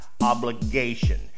obligation